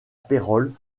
pérols